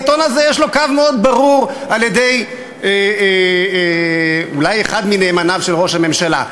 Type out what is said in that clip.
העיתון הזה יש לו קו מאוד ברור על-ידי אולי אחד מנאמניו של ראש הממשלה.